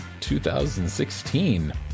2016